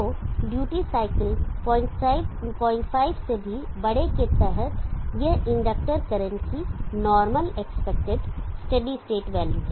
तो duty cycle 05 से भी बड़े के तहत यह इंडक्टर करंट की normal expected steady state value है